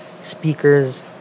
Speakers